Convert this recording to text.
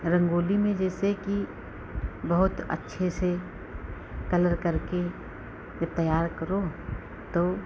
रंगोली में जैसे कि बहुत अच्छे से कलर करके जब तैयार करो तो